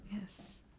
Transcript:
Yes